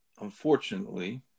unfortunately